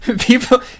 people